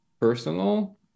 personal